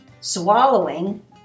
swallowing